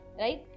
right